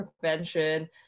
prevention